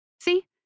See